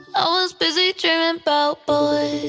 always busy dreamin' about boys,